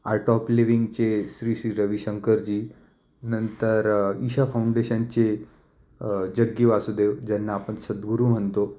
art of लिविंगचे श्री श्री रविशंकरजी नंतर ईशा फाऊंडेशनचे जग्गी वासुदेव ज्यांना आपण सदगुरू म्हणतो